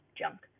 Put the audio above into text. junk